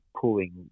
pulling